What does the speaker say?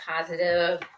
positive